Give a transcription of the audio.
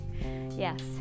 Yes